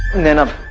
naina